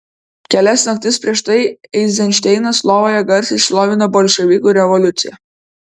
kelias naktis prieš tai eizenšteinas lovoje garsiai šlovina bolševikų revoliuciją